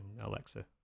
Alexa